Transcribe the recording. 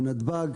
בנתב"ג,